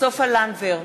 סופה לנדבר,